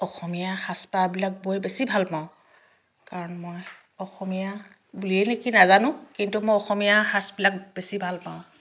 অসমীয়া সাজ পাৰবিলাক বৈ বেছি ভাল পাওঁ কাৰণ মই অসমীয়া বুলিয়েই নিকি নাজানো কিন্তু মই অসমীয়া সাজবিলাক বেছি ভাল পাওঁ